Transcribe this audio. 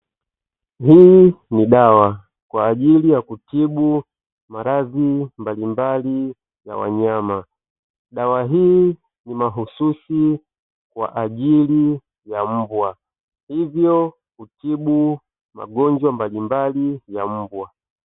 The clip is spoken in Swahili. Hii ni dawa kwaajili ya kutibu maradhi mbalimbali ya wanyama, dawa hii ni mahususi kwaajili ya mbwa hivyo hutibu magonjwa mbalimbali ya mbwa.